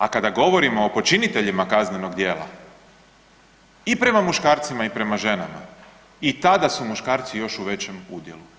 A kada govorimo o počiniteljima kaznenog djela i prema muškarcima i prema ženama i tada su muškarci još u većem udjelu.